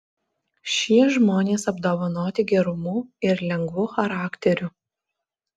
šie žmonės apdovanoti gerumu ir lengvu charakteriu